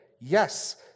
yes